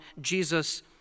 Jesus